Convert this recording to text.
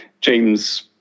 James